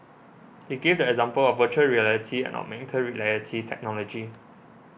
he gave the example of Virtual Reality and augmented reality technology